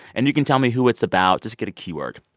and you can tell me who it's about just get a key word.